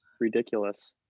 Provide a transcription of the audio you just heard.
ridiculous